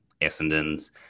Essendon's